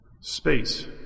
Space